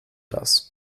das